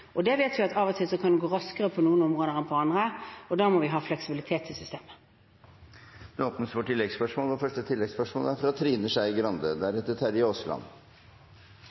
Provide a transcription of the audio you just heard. vet at av og til kan det gå raskere på noen områder enn på andre, og da må vi ha fleksibilitet i systemet. Det åpnes for oppfølgingsspørsmål – først Trine Skei Grande. Det er